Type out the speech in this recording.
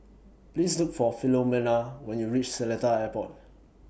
Please Look For Filomena when YOU REACH Seletar Airport